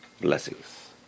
Blessings